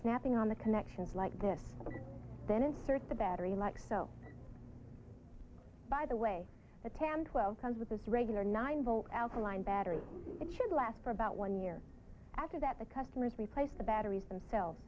snapping on the connections like this then insert the battery like so by the way the tam twelve comes with his regular nine volt alkaline battery it should last for about one year after that the customers replace the batteries themselves